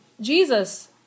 Jesus